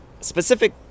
specific